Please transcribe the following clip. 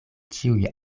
ĉiuj